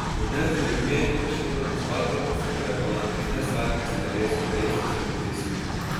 rudens drėgmė ir šildomos patalpos sukuria palankesnes sąlygas pelėsiui veistis ir plisti